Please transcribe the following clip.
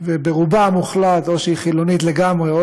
וברובה המוחלט היא או חילונים לגמרי או